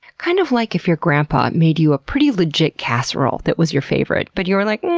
kind of like if your grandpa made you a pretty legit casserole that was your favorite, but you were like,